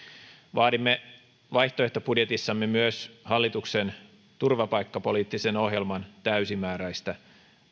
vaadimme vaihtoehtobudjetissamme myös hallituksen turvapaikkapoliittisen ohjelman täysimääräistä